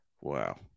Wow